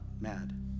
mad